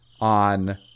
on